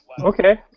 Okay